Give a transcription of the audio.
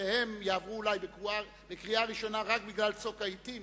שאולי יעברו בקריאה ראשונה רק בגלל צוק העתים,